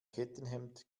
kettenhemd